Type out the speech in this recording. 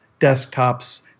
desktops